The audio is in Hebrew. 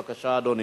בבקשה, אדוני,